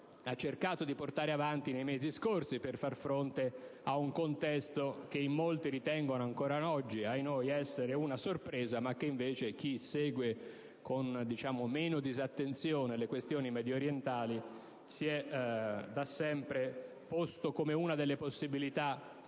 ha cercato di portare avanti nei mesi scorsi per far fronte a un contesto che in molti ritengono ancora oggi - ahinoi - essere una sorpresa, mentre chi segue con meno disattenzione le questioni mediorientali si è da sempre posto come una delle possibilità